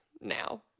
now